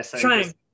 trying